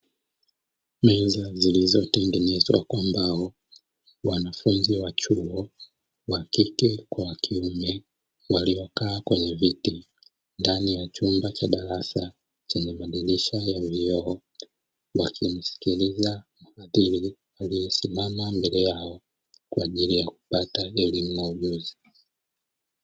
Meza zilizotengenezwa kwa mbao. Wanafunzi wa chuo wa kike kwa wa kiume waliokaa kwenye viti ndani ya chumba cha darasa chenye vioo wakimsikiliza mhadhiri aliyesimama mbele yao kwa ajili ya kupata elimu na ujuzi.